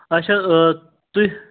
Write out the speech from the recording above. آچھا تُہۍ